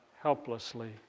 helplessly